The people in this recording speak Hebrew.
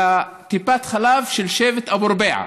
לטיפת חלב של שבט אבו רביעה.